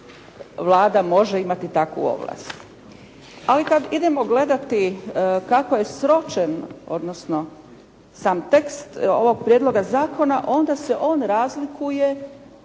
Vlada može imati takvu ovlast. Ali kad idemo gledati kako je sročen odnosno sam tekst ovog Prijedloga zakona onda se on razlikuje